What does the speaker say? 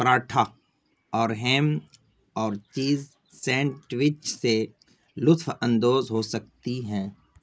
پراٹھا اور ہیم اور cheese sandwich سے لطف اندوز ہو سکتی ہیں